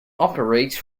operates